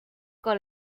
con